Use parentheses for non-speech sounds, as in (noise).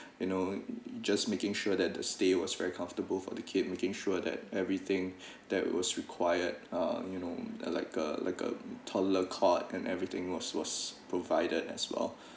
you know just making sure that the stay was very comfortable for the kid making sure that everything (breath) that was required uh you know like a like a toddler court and everything was was provided as well (breath)